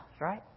right